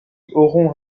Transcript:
auront